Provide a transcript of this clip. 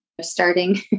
starting